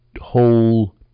whole